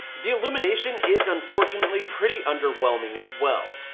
the illumination is unfortunately pretty underwhelming as well.